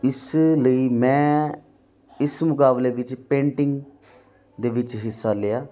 ਇਸ ਲਈ ਮੈਂ ਇਸ ਮੁਕਾਬਲੇ ਵਿੱਚ ਪੇਂਟਿੰਗ ਦੇ ਵਿੱਚ ਹਿੱਸਾ ਲਿਆ